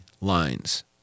lines